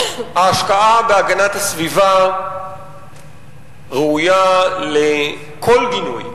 ההשקעה האפסית בהגנת הסביבה ראויה לכל גינוי.